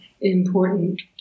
important